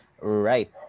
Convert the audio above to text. right